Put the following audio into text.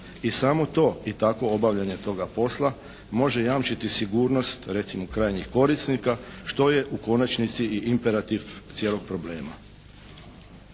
i samo to i takvo obavljanje toga posla može jamčiti sigurnost recimo krajnjih korisnika što je u konačnici i imperativ cijelog problema.